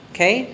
Okay